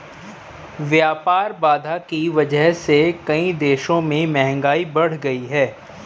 व्यापार बाधा की वजह से कई देशों में महंगाई बढ़ गयी है